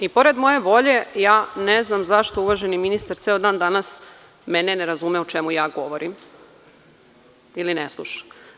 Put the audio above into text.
I pored moje volje, ja ne znam zašto uvaženi ministar ceo dan danas mene ne razume o čemu ja govorim ili ne sluša.